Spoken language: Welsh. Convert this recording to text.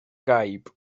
gaib